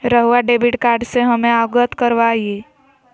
रहुआ debit card से हमें अवगत करवाआई?